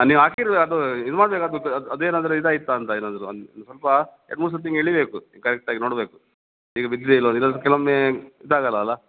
ನೀವು ಹಾಕಿದ್ರೂ ಅದು ಇದು ಮಾಡಬೇಕಾಗುತ್ತೆ ಅದು ಅದೇನಾದ್ರು ಇದು ಆಯಿತಾ ಅಂತ ಏನಾದರೂ ಒಂದು ಸ್ವಲ್ಪ ಎರಡು ಮೂರು ಸರ್ತಿ ಹಿಂಗೆ ಎಳೀಬೇಕು ಕರೆಕ್ಟ್ ಆಗಿ ನೋಡಬೇಕು ಬೀಗ ಬಿದ್ದಿದೆಯಾ ಇಲ್ಲವಾ ಇಲ್ಲಾದರೆ ಕೆಲವೊಮ್ಮೆ ಇದಾಗಲ್ಲ ಅಲ್ಲಾ